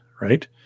right